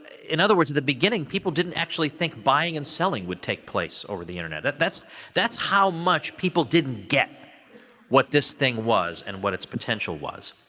in other words, in the beginning people didn't actually think buying and selling would take place over the internet. that's that's how much people didn't get what this thing was and what its potential was.